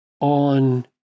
on